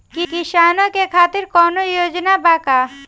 किसानों के खातिर कौनो योजना बा का?